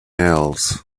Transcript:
else